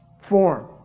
form